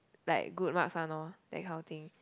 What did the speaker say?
like good marks one lor that kind of thing